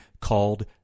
called